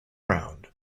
round